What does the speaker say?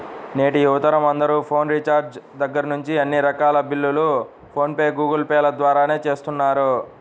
నేటి యువతరం అందరూ ఫోన్ రీఛార్జి దగ్గర్నుంచి అన్ని రకాల బిల్లుల్ని ఫోన్ పే, గూగుల్ పే ల ద్వారానే చేస్తున్నారు